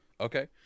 Okay